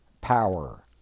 power